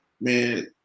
man